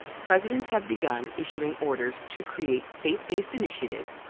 presidents have begun issuing orders to create faith-based initiatives,